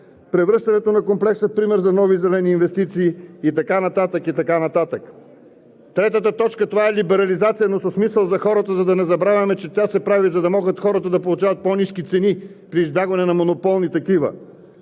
превръщането на комплекса е пример за нови зелени инвестиции и така нататък, и така нататък. Трето, това е либерализацията, но с мисъл за хората, за да не забравяме, че тя се прави, за да могат хората да получават по-ниски цени при избягване на монополни такива.